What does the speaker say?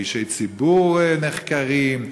אישי ציבור נחקרים,